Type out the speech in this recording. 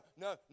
no